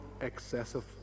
excessive